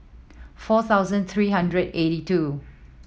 four thousand three hundred eighty two